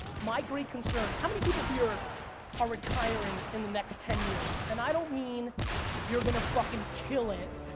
my great concern, how many people here are retiring in the next ten years? and i don't mean you're gonna fucking kill it